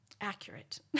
accurate